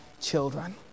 children